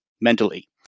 mentally